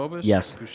Yes